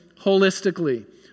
holistically